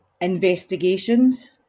investigations